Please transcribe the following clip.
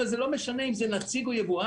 אבל זה לא משנה אם זה נציג או יבואן.